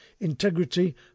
integrity